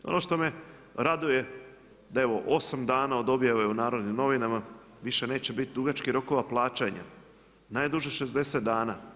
Ono što me raduje da evo osam dana od objave u Narodnim novinama više neće biti dugačkih rokova plaćanja, najduže 60 dana.